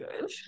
good